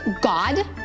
God